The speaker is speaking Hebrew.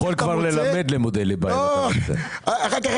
נראה לי שאתה יכול כבר ללמד לימודי ליבה,